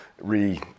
re